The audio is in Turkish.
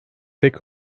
tek